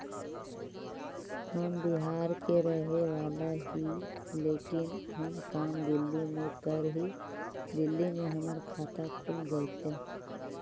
हम बिहार के रहेवाला हिय लेकिन हम काम दिल्ली में कर हिय, दिल्ली में हमर खाता खुल जैतै?